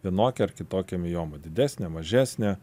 vienokia ar kitokia mioma didesnė mažesnė